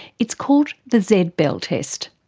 it's called the z bell test.